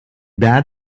bad